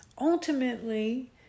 Ultimately